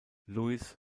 lewis